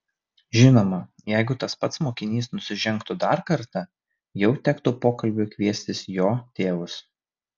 žinoma jeigu tas pats mokinys nusižengtų dar kartą jau tektų pokalbiui kviestis jo tėvus